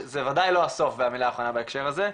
זה וודאי לא הסוף והמילה האחרונה בהקשר הזה.